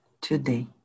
today